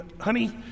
honey